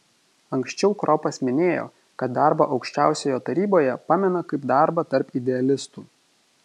anksčiau kropas minėjo kad darbą aukščiausioje taryboje pamena kaip darbą tarp idealistų